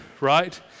right